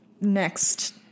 next